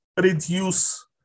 reduce